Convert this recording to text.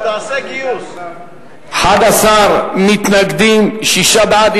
11 מתנגדים, שישה בעד.